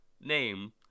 Name